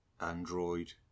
Android